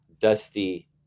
Dusty